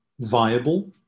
viable